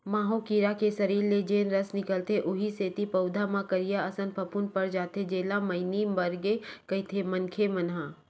माहो कीरा के सरीर ले जेन रस निकलथे उहीं सेती पउधा म करिया असन फफूंद पर जाथे जेला मइनी परगे कहिथे मनखे मन ह